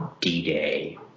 D-Day